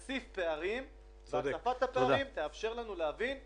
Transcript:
המציאות בפועל ואז יצופו לנו בעיניים הפערים.